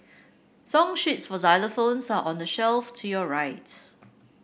song sheets for xylophones are on the shelf to your right